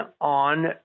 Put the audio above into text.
on